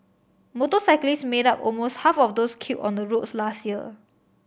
motorcyclists made up almost half of those killed on the roads last year